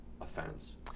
offense